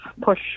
push